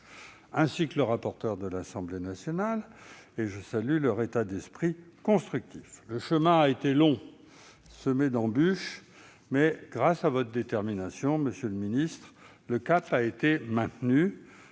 ainsi que le rapporteur de l'Assemblée nationale. Je salue leur état d'esprit constructif. Le chemin a été long et semé d'embûches, mais grâce à votre détermination, monsieur le ministre, le cap a été maintenu.